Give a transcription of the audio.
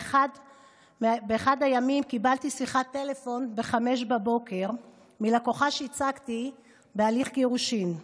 באחד הימים קיבלתי שיחת טלפון ב-05:00 מלקוחה שייצגתי בהליך גירושין.